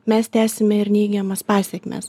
mes tęsime ir neigiamas pasekmes